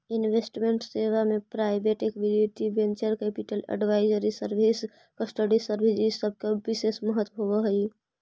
investment सेवा में private equity, venture capital, advisory service, custody service इ सब के विशेष महत्व होवऽ हई